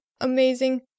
amazing